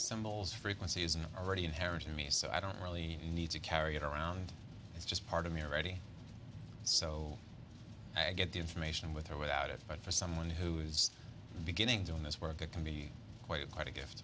symbols frequency is an already inherent in me so i don't really need to carry it around it's just part of me already so i get the information with or without it but for someone who is beginning to own this work a can be quite quite a gift